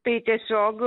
tai tiesiog